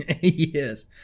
Yes